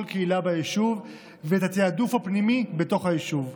קהילה ביישוב ואת התיעדוף הפנימי בתוך היישוב.